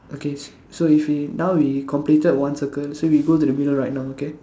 okay so if we now we completed one circle so we go to the middle right now okay